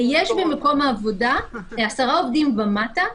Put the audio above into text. ויש במקום העבודה עשרה עובדים ומטה.